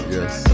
Yes